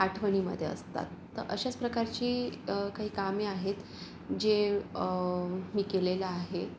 आठवणीमध्ये असतात तर अशाच प्रकारची काही कामे आहेत जे मी केलेलं आहे